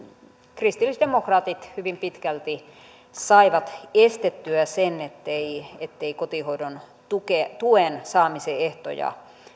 kristillisdemokraatit hyvin pitkälti saivat estettyä sen ettei ettei kotihoidon tuen saamisen ehtoja